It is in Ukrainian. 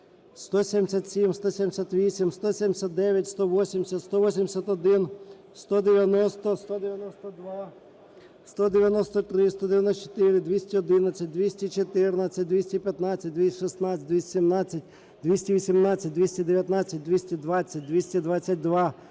177, 178, 179, 180, 181, 190, 192, 193, 194, 211, 214, 215, 216, 217, 218, 219, 220, 222,